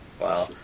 wow